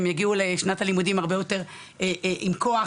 הם יגיעו לשנת הלימודים הרבה יותר עם כוח,